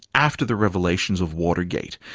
after the revelations of watergate,